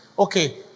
Okay